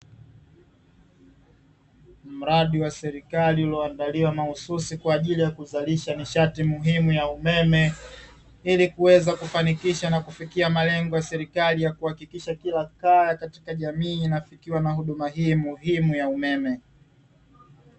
Mradi wa serikali ulioandaliwa mahususi kwa ajili ya kuzalisha nishati muhimu ya umeme, ili kuweza kufanikisha na kufikia malengo ya serikali ya kuhakikisha kila kaya katika jamii inafikiwa na huduma hii muhimu ya umeme.